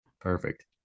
perfect